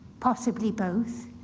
possibly both.